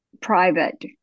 private